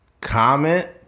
comment